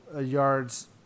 yards